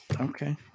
okay